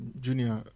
Junior